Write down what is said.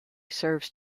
serves